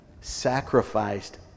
sacrificed